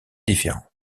différentes